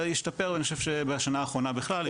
ישתפר ואני חושב שבשנה האחרונה בכלל,